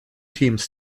teams